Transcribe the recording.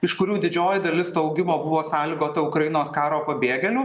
iš kurių didžioji dalis to augimo buvo sąlygota ukrainos karo pabėgėlių